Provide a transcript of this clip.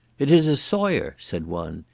it is a sawyer! said one.